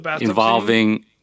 involving